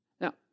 Now